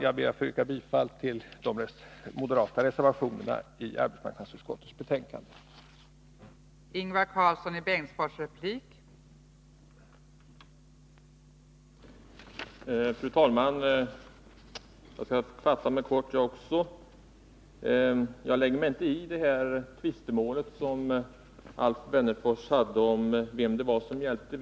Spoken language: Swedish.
Jag ber att få yrka bifall till de moderata reservationerna i arbetsmarknadsutskottets betänkande 29.